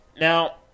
Now